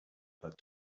that